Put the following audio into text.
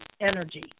energy